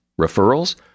Referrals